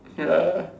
ya